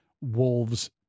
Wolves